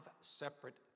separate